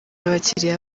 abakiliya